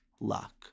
luck